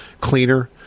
cleaner